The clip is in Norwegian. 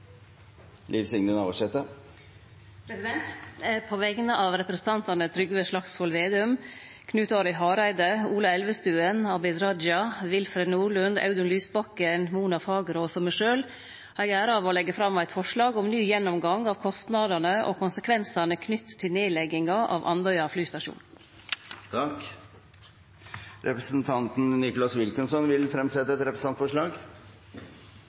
På vegner av representantane Trygve Slagsvold Vedum, Knut Arild Hareide, Ola Elvestuen, Abid Q. Raja, Willfred Nordlund, Audun Lysbakken, Mona Lill Fagerås og meg sjølv har eg æra av å leggje fram eit forslag om ny gjennomgang av kostnadane og konsekvensane knytte til nedlegginga av Andøya flystasjon. Representanten Nicholas Wilkinson vil fremsette et representantforslag.